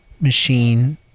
machine